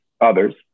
others